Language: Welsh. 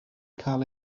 cael